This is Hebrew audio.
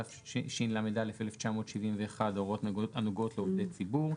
התשל"א 1971 ההוראות הנוגעות לעובדי הציבור,